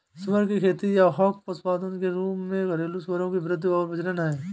सुअर की खेती या हॉग खेती पशुधन के रूप में घरेलू सूअरों की वृद्धि और प्रजनन है